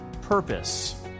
Purpose